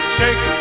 shake